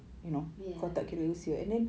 ya